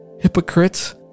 Hypocrites